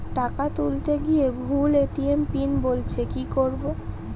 টাকা তুলতে গিয়ে ভুল এ.টি.এম পিন বলছে কি করবো?